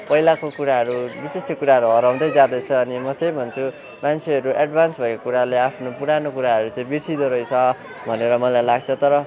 पहिलाको कुराहरू विशेष त्यो कुराहरूहराउँदै जाँदैछ अनि म त्यही भन्छु मान्छेहरू एडभान्स भएको कुराले आफ्नो पुरानो कुराहरू चाहिँ बिर्सिँदो रहेछ भनेर मलाई लाग्छ तर